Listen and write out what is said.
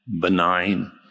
benign